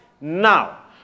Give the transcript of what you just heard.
now